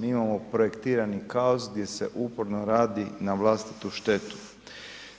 Mi imamo projektirani kaos gdje se uporno radi na vlastitu štetu